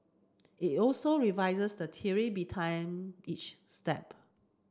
it also revises the theory each step